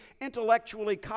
intellectually